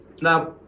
Now